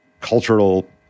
cultural